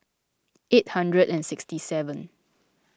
eight hundred and sixty seven